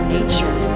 Nature